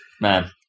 Man